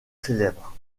célèbre